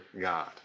God